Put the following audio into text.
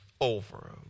over